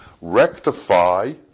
rectify